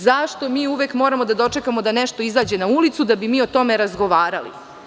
Zašto mi uvek moramo da dočekamo da nešto izađe na ulicu da bi mi o tome razgovarali.